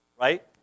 right